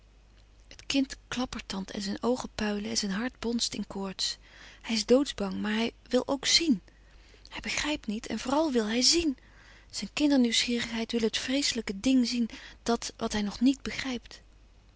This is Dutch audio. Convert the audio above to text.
het kind klappertandt en zijn oogen puilen en zijn hart bonst in koorts hij is doodsbang maar hij wil ook zien hij begrijpt niet en vooral wil hij zien zijn kindernieuwsgierigheid wil het vreeslijke ding zien dat wat hij nog niet begrijpt